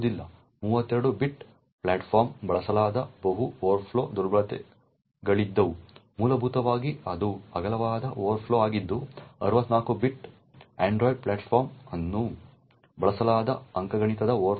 32 bit ಪ್ಲಾಟ್ಫಾರ್ಮ್ಗಳಲ್ಲಿ ಬಳಸಲಾದ ಬಹು ಓವರ್ಫ್ಲೋ ದುರ್ಬಲತೆಗಳಿದ್ದವು ಮೂಲಭೂತವಾಗಿ ಇದು ಅಗಲವಾದ ಓವರ್ಫ್ಲೋ ಆಗಿದ್ದು 64 ಬಿಟ್ ಆಂಡ್ರಾಯ್ಡ್ ಪ್ಲಾಟ್ಫಾರ್ಮ್ಗಳಲ್ಲಿ ಇದನ್ನು ಬಳಸಲಾದ ಅಂಕಗಣಿತದ ಓವರ್ಫ್ಲೋ ಆಗಿದೆ